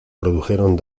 produjeron